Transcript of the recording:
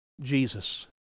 Jesus